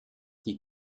die